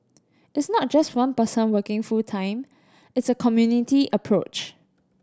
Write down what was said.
it's not just one person working full time it's a community approach